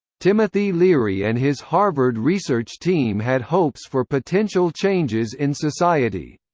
timothy leary and his harvard research team had hopes for potential changes in society.